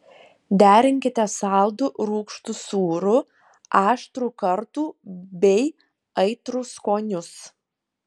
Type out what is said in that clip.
derinkite saldų rūgštų sūrų aštrų kartų bei aitrų skonius